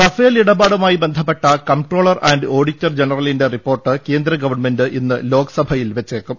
Rafale ഇടപാടുമായി ബന്ധപ്പെട്ട comptroller and auditor ജനറലിന്റെ റിപ്പോർട്ട് കേന്ദ്ര ഗവൺമെന്റ് ഇന്ന് ലോക്സഭയിൽ വെച്ചേക്കും